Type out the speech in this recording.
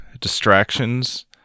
distractions